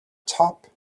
top